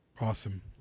Awesome